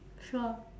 sure